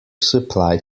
supply